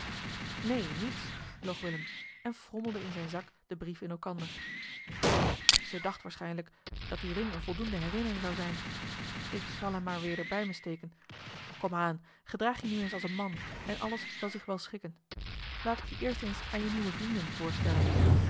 neen niets loog willem en frommelde in zijn zak den brief in elkander ze dacht waarschijnlijk dat die ring eene voldoende herinnering zou zijn ik zal hem maar weder bij me steken kom aan gedraag je nu eens als een man en alles zal zich wel schikken laat ik je eerst eens aan je nieuwe vrienden voorstellen